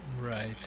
right